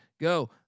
go